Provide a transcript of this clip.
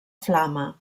flama